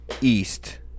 east